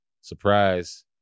surprise